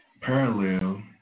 parallel